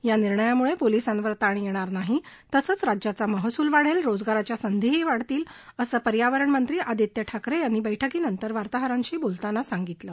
या निर्णयामुळे पोलिसांवर ताण येणार नाही तसंच राज्याचा महसूल वाढेल रोजगाराच्या संधीही वाढतील असं पर्यावरणमंत्री आदित्य ठाकरे यांनी बैठकीनंतर वार्ताहरांशी बोलताना सांगितल